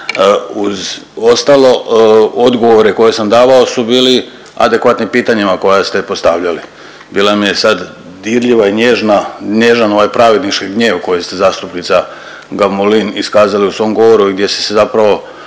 Uz ostalo odgovore koje sam davao su bili adekvatni pitanjima koja ste postavljali. Bila mi je sad dirljiva i nježna ovaj pravednički gnjev koji ste zastupnica Gamulin iskazali u svom govoru gdje ste se zapravo